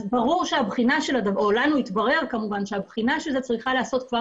אז ברור שהבחינה או לנו התברר כמובן של זה צריכה להיעשות כבר